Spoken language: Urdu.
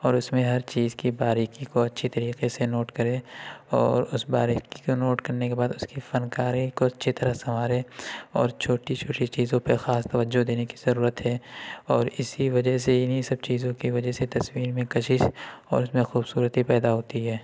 اور اس میں ہر چیز کی باریکی کو اچھی طریقے سے نوٹ کرے اور اس باریکی کو نوٹ کرنے کے بعد اس کی فن کاری کو اچھی طرح سنوارے اور چھوٹی چھوٹی چیزوں پہ خاص توجہ دینے کی ضرورت ہے اور اسی وجہ سے انہی سب چیزوں کی وجہ سے تصویر میں کشش اور اس میں خوبصورتی پیدا ہوتی ہے